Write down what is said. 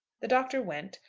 the doctor went,